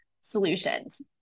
solutions